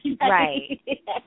right